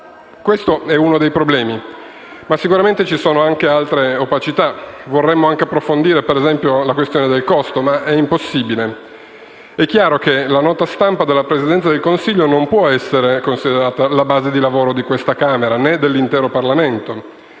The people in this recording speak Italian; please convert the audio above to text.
Questo è uno dei problemi, ma sicuramente ci sono altre opacità. Vorremmo anche approfondire - per esempio - la questione costo, ma è impossibile. È chiaro che la nota stampa della Presidenza del Consiglio non può essere considerata la base di lavoro di questa Camera né dell'intero Parlamento.